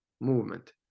movement